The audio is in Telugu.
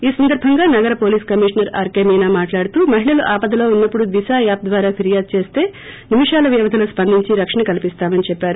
ఈ సందర్భంగా నగర police commissioner R K Meena మాట్లాడుతూ మహిళలు ఆపదలో ఉన్నపుడు దిశ యాప్ ద్వారా ఫిర్వాదు చేస్తే నిముషాల వ్యవధిలో స్సందించి రక్షణ కల్సిస్తామని చెప్పారు